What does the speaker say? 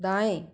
दाएँ